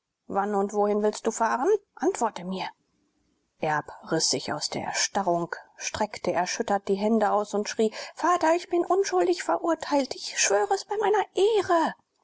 wann und wohin willst du fahren antworte mir erb riß sich aus der erstarrung streckte erschüttert die hände aus und schrie vater ich bin unschuldig verurteilt ich schwöre es bei meiner ehre